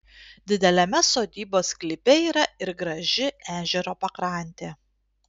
dideliame sodybos sklype yra ir graži ežero pakrantė